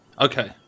Okay